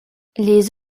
les